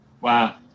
Wow